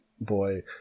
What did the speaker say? boy